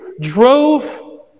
drove